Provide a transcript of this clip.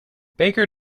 baker